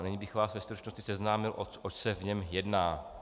Nyní bych vás ve stručnosti seznámil s tím, oč se v něm jedná.